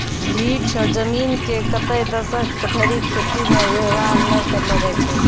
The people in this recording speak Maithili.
भीठ जमीन के कतै दसक धरि खेती मे वेवहार नै करलो जाय छै